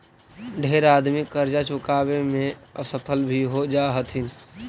ढेर आदमी करजा चुकाबे में असफल भी हो जा हथिन